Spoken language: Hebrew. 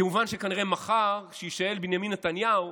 כמובן שכנראה מחר, כשיישאל בנימין נתניהו